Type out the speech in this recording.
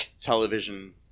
television